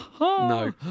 No